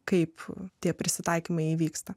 kaip tie prisitaikymai įvyksta